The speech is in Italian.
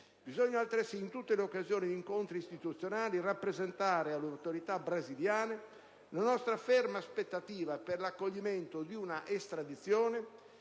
Bisogna altresì in tutte le occasioni di incontri istituzionali rappresentare alle autorità brasiliane la nostra ferma aspettativa per l'accoglimento di una estradizione